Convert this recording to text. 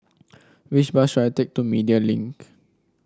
which bus should I take to Media Link